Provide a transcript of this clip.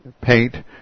paint